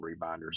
rebinders